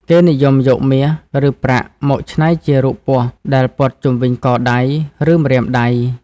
គេនិយមយកមាស ឬប្រាក់មកច្នៃជារូបពស់ដែលព័ទ្ធជុំវិញកដៃ ឬម្រាមដៃ។